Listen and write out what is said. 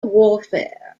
warfare